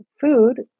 food